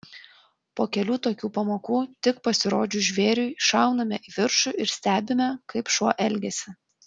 po kelių tokių pamokų tik pasirodžius žvėriui šauname į viršų ir stebime kaip šuo elgiasi